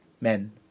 men